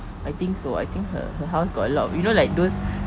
I think so I think her her house got a lot of you know like those